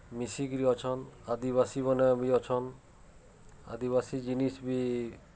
ମିଶିକିରି ଅଛନ୍ ଆଦିବାସୀମନେ ବି ଅଛନ୍ ଆଦିବାସୀ ଜିନିଷ୍ ବି